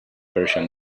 persian